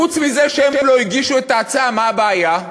חוץ מזה שהם לא הגישו את ההצעה, מה הבעיה?